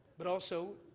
but also,